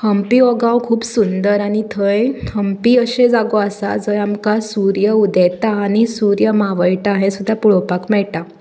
हम्पी हो गांव खूब सुंदर आनी थंय हम्पी अशें जागो आसा जय आमकां सुर्य उदेता आनी सुर्य मावळटा हें सुद्दां पळोवपाक मेळटा